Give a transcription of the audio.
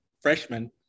freshman